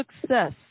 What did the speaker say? success